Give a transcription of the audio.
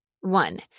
One